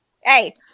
Hey